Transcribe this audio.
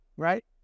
Right